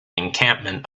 encampment